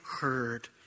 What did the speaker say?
heard